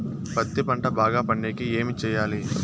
పత్తి పంట బాగా పండే కి ఏమి చెయ్యాలి?